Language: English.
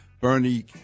Bernie